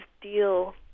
deal